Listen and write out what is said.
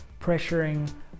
pressuring